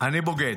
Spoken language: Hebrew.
אני בוגד.